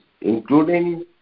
including